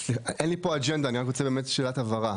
אין לי פה אג'נדה, אני רק רוצה לשאול שאלת הבהרה.